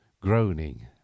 groaning